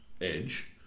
edge